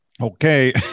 Okay